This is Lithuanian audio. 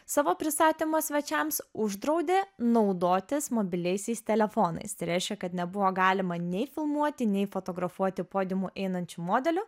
savo pristatymo svečiams uždraudė naudotis mobiliaisiais telefonais tai reiškia kad nebuvo galima nei filmuoti nei fotografuoti podimu einančių modelių